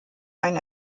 ein